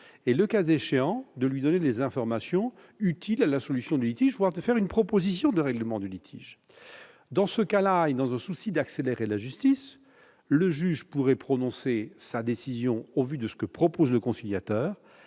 et, le cas échéant, de lui fournir des informations utiles à la résolution du litige, voire de faire une proposition de règlement de celui-ci. Dans ce cas-là, aux fins d'accélérer le cours de la justice, le juge pourrait prononcer sa décision au vu de ce que propose le conciliateur,